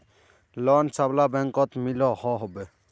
Loan सबला बैंकोत मिलोहो होबे?